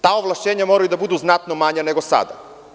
Ta ovlašćenja moraju da budu znatno manja nego sada.